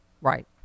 right